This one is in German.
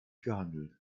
gehandelt